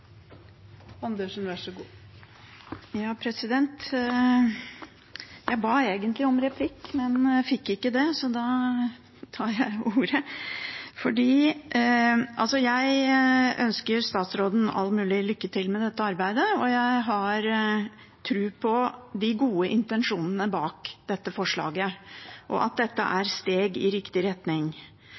Jeg ba egentlig om replikk, men fikk ikke det, så da tar jeg ordet. Jeg ønsker statsråden all mulig lykke til med dette arbeidet, og jeg har tro på de gode intensjonene bak dette forslaget, og at dette er steg i riktig retning.